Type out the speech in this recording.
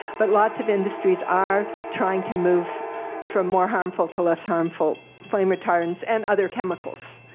but lots of industries are trying to move from more harmful to less harmful flame retardants and other chemicals.